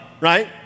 right